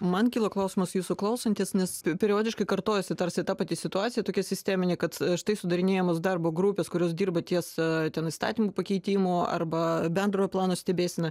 man kilo klausimas jūsų klausantis nes periodiškai kartojasi tarsi ta pati situacija tokia sisteminė kad štai sudarinėjamos darbo grupės kurios dirba tiesa ten įstatymo pakeitimo arba bendrojo plano stebėseną